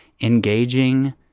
engaging